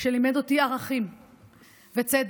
שלימד אותי ערכים וצדק